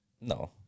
No